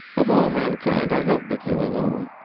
of all mankind i love but you alone.